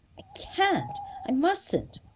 i can't i mustn't,